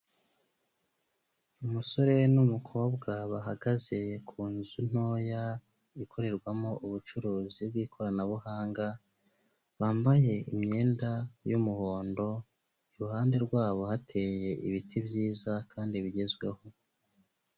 Umusore n'umukobwa bahagaze ku nzu ntoya ikorerwamo ubucuruzi bw'ikoranabuhanga, bambaye imyenda y'umuhondo, iruhande rwabo hateye ibiti byiza, kandi bigezweho.